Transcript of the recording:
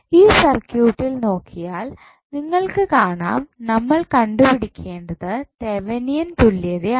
ഈ സർക്യൂട്ടിൽ നോക്കിയാൽ നിങ്ങൾക്ക് കാണാം നമ്മൾ കണ്ടുപിടിക്കേണ്ടത് തെവനിയൻ തുല്യതയാണ്